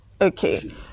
Okay